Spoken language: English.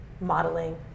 modeling